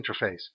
interface